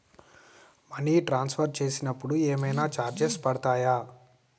Money transfer చేసినప్పుడు ఏమైనా charges పడతయా?